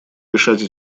решать